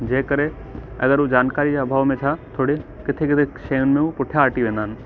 जेकरे अगरि हू जानकारी अभाव में छा थोरे किथे किथे शयुनि पुठिया हठी वेंदा न